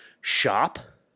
shop